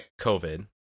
COVID